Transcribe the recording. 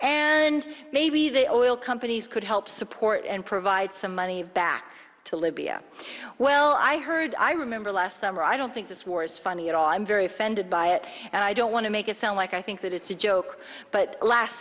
and maybe the oil companies could help support and provide some money back to libya well i heard i remember last summer i don't think this war is funny at all i'm very offended by it and i don't want to make it sound like i think that it's a joke but last